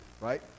right